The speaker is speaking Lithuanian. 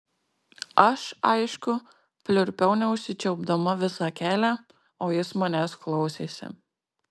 aš aišku pliurpiau neužsičiaupdama visą kelią o jis manęs klausėsi